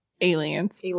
aliens